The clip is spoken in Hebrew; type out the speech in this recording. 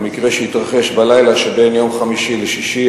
המקרה שהתרחש בלילה שבין יום חמישי ליום שישי,